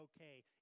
okay